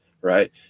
Right